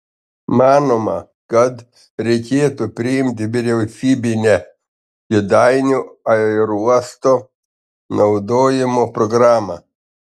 manoma kad reikėtų priimti vyriausybinę kėdainių aerouosto naudojimo programą